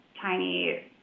tiny